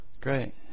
Great